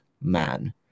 man